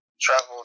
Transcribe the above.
travel